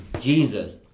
Jesus